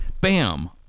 bam